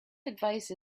advice